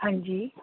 ਹਾਂਜੀ